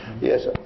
Yes